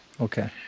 okay